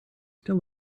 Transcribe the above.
still